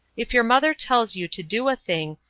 if your mother tells you to do a thing,